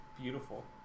beautiful